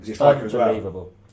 Unbelievable